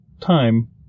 time